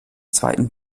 zweiten